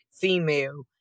female